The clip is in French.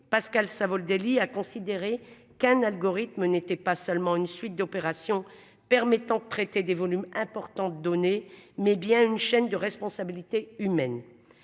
Pascal Savoldelli, à considérer qu'un algorithme n'était pas seulement une suite d'opération permettant de traiter des volumes importants de données mais bien une chaîne de responsabilités humaines.